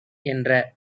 என்ற